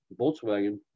Volkswagen